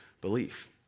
belief